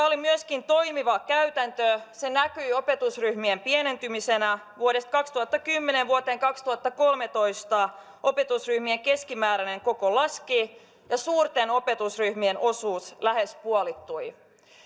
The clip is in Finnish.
oli myöskin toimiva käytäntö se näkyi opetusryhmien pienentymisenä vuodesta kaksituhattakymmenen vuoteen kaksituhattakolmetoista opetusryhmien keskimääräinen koko laski ja suurten opetusryhmien osuus lähes puolittui